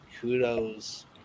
kudos